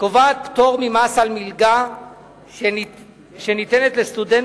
קובעת פטור ממס על מלגה שניתנת לסטודנט